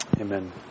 Amen